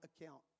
account